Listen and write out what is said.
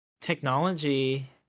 technology